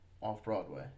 Off-Broadway